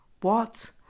What